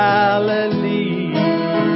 Galilee